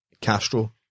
Castro